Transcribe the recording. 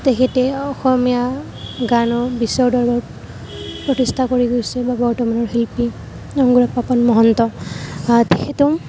তেখেতে অসমীয়া গানক বিশ্বৰ দৰবাৰত প্ৰতিষ্ঠা কৰি গৈছে বা বৰ্তমানৰ শিল্পী অংগৰাগ পাপন মহন্ত তেখেতেও